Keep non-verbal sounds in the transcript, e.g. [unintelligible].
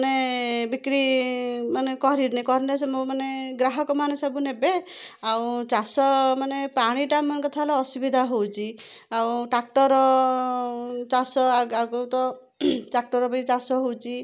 ମାନେ ବିକ୍ରି ମାନେ [unintelligible] ମାନେ ଗ୍ରାହକ ମାନେ ସବୁ ନେବେ ଆଉ ଚାଷ ମାନେ ପାଣିଟା ମେନ୍ କଥା ହେଲା ଅସୁବିଧା ହଉଛି ଆଉ ଟାକ୍ଟର ଚାଷ ଆଗୁରୁ ତ ଟାକ୍ଟର ବି ଚାଷ ହଉଛି